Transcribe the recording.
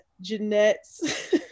jeanette's